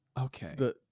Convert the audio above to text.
Okay